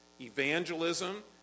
evangelism